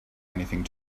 anything